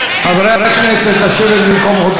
חברי הכנסת הערבים, אני זוכר כבר שנים לאחור,